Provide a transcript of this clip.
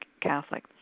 Catholic